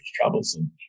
troublesome